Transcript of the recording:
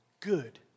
Good